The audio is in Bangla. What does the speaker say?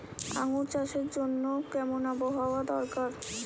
আঙ্গুর চাষের জন্য কেমন আবহাওয়া দরকার?